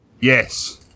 Yes